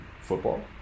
football